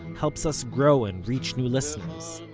helps us grow and reach new listeners.